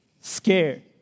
scared